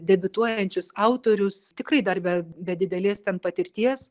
debiutuojančius autorius tikrai dar be be didelės ten patirties